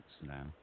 now